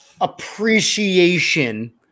appreciation